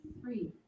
Three